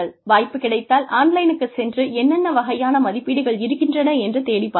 வாய்ப்பு கிடைத்தால் ஆன்லைனுக்கு சென்று என்னென்ன வகையான மதிப்பீடுகள் இருக்கின்றன என்று தேடிப் பாருங்கள்